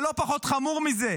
לא פחות חמור מזה,